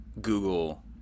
Google